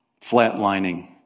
flatlining